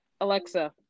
Alexa